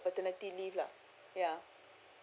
paternity leave lah ya